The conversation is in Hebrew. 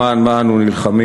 למען מה אנו נלחמים,